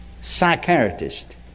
psychiatrist